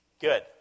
Good